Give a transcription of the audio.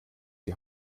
die